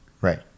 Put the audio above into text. Right